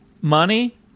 Money